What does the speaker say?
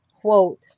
Quote